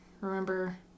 remember